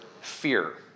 fear